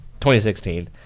2016